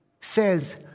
says